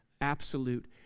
absolute